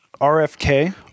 RFK